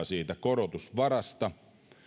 siitä korotusvarasta